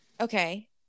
Okay